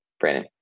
Brandon